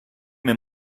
mir